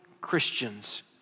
Christians